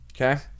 Okay